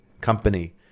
company